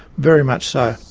very much so.